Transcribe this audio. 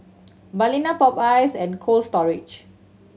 Balina Popeyes and Cold Storage